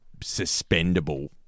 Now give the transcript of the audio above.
suspendable